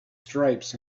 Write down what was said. stripes